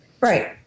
Right